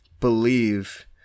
believe